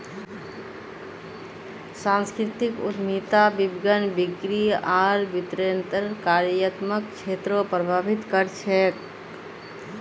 सांस्कृतिक उद्यमिता विपणन, बिक्री आर वितरनेर कार्यात्मक क्षेत्रको प्रभावित कर छेक